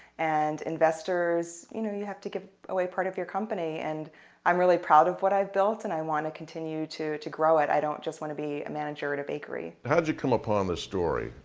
and investors, you know, you have to give away part of your company, and i'm really proud of what i've built and i want to continue to to grow it. i don't just want to be a manager at a bakery. how did you come upon this story,